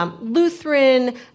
Lutheran